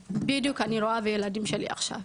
בדיוק אני רואה את הילדים שלי עכשיו,